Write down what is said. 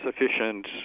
sufficient